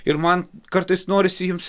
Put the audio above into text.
ir man kartais norisi jums